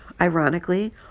ironically